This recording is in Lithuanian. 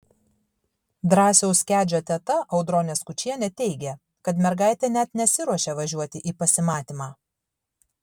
drąsiaus kedžio teta audronė skučienė teigė kad mergaitė net nesiruošė važiuoti į pasimatymą